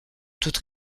toute